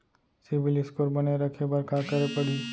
CIBIL score बने रखे बर का करे पड़ही?